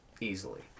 easily